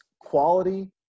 quality